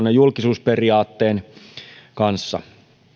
ja julkisuusperiaatteen kanssa